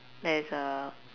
there's a